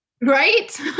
Right